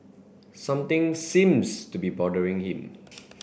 something seems to be bothering him